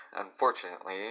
Unfortunately